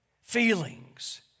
Feelings